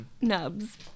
nubs